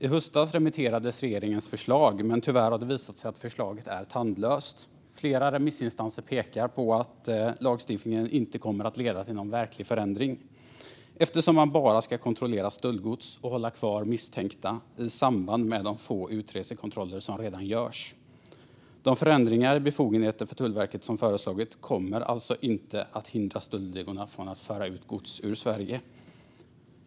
I höstas remitterades regeringens förslag, men tyvärr har det visat sig att förslaget är tandlöst. Flera remissinstanser pekar på att lagstiftningen inte kommer att leda till någon verklig förändring eftersom man bara ska kontrollera stöldgods och hålla kvar misstänkta i samband med de få utresekontroller som redan görs. De förändringar i befogenheter för Tullverket som har föreslagits kommer alltså inte att hindra stöldligorna från att föra ut gods från Sverige.